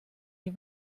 die